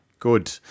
Good